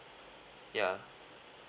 ya